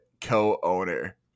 co-owner